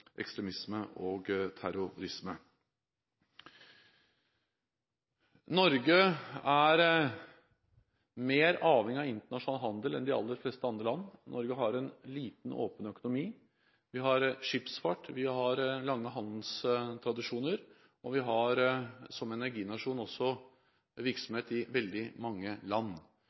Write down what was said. ekstremisme og terrorisme. Norge er mer avhengig av internasjonal handel enn de aller fleste andre land. Norge har en liten, åpen økonomi. Vi har skipsfart, vi har lange handelstradisjoner, og vi har som energinasjon også virksomhet i veldig mange land.